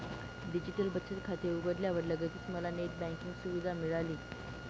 digital बचत खाते उघडल्यावर लगेच मला नेट बँकिंग सुविधा सुद्धा मिळाली